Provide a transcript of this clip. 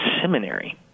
seminary